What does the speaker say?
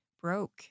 broke